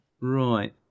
Right